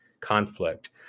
conflict